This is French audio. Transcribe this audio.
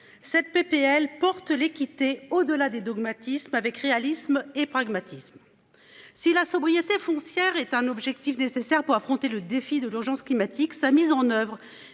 Cette PPL porte l'équité au-delà des dogmatismes avec réalisme et pragmatisme. Si la sobriété foncière est un objectif nécessaire pour affronter le défi de l'urgence climatique. Sa mise en oeuvre